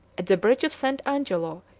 at the bridge of st. angelo,